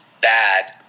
bad